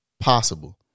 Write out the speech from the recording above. possible